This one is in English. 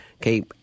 okay